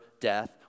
death